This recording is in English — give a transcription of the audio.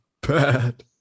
bad